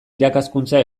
irakaskuntza